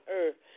earth